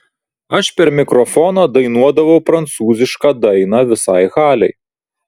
aš per mikrofoną dainuodavau prancūzišką dainą visai halei